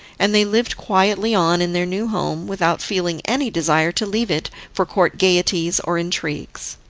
and they lived quietly on in their new home, without feeling any desire to leave it for court gaieties or intrigues.